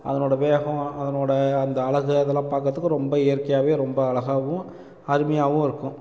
அதனோயட வேகம் அதனோடய அந்த அழகு அதலாம் பார்க்கறத்துக்கு ரொம்ப இயற்கையாகவே ரொம்ப அழகாகவும் அருமையாகவும் இருக்கும்